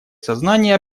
сознание